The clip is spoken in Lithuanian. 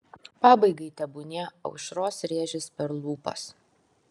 pabaigai tebūnie aušros rėžis per lūpas